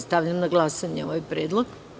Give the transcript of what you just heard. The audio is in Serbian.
Stavljam na glasanje ovaj predlog.